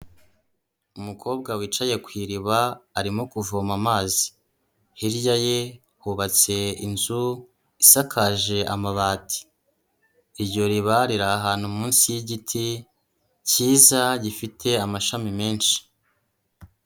Umukobwa wicaye ku iriba arimo kuvoma amazi, hirya ye hubatse inzu isakaje amabati; iryo riba riri ahantu munsi y'igiti cyiza, gifite amashami menshi.